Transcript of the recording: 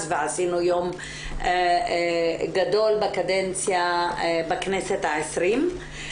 ועשינו יום גדול בקדנציה בכנסת ה-20.